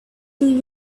two